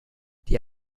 die